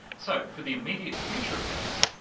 so for the immediate future at least,